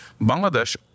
Bangladesh